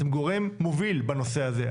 אתם גורם מוביל בנושא הזה.